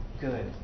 good